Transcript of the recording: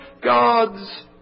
God's